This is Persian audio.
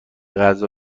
غذا